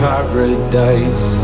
Paradise